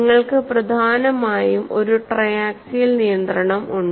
നിങ്ങൾക്ക് പ്രധാനമായും ഒരു ട്രൈ ആക്സിയൽ നിയന്ത്രണം ഉണ്ട്